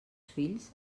fills